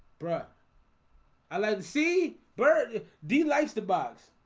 breath i let see burt d likes the box.